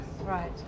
right